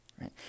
right